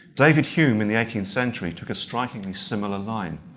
david hume in the eighteenth century took a strikingly similar line.